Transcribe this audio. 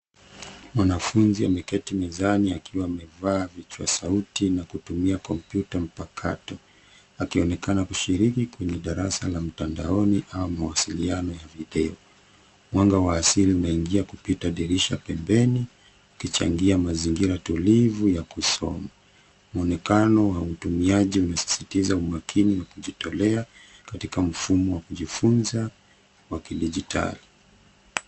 Mwanafunzi ameketi mezani akiwa amevaa vichwa sauti na kutumia komputa mpakato akionekana kushiriki kwenye darasa la mtandaoni au mawasiliano ya video. Mwanga wa asili unaingia kupita dirisha pembeni ukichangia mazingira tulivu ya kusoma. Mwenekano wa utumiaji umesisitiza umakini wa kujitolea katika mfumo wa kujifunza wa kidijitali.